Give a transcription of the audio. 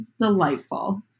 Delightful